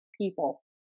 people